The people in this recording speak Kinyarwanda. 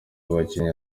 abakinnyi